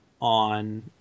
on